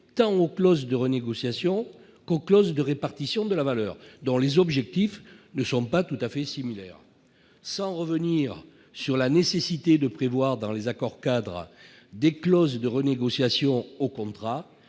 aux clauses tant de renégociation que de répartition de la valeur, dont les objectifs ne sont pas tout à fait similaires. Sans revenir sur la nécessité de prévoir dans les accords-cadres des clauses de renégociation des contrats,